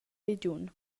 regiun